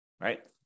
right